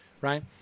Right